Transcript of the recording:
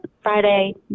Friday